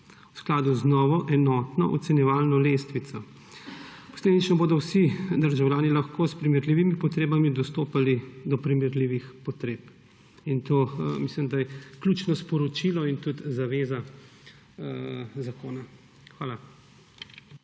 v skladu z novo enotno ocenjevalno lestvico. Posledično bodo vsi državljani lahko s primerljivimi potrebami dostopali do primerljivih potreb. Mislim, da je to ključno sporočilo in tudi zaveza zakona. Hvala.